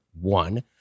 One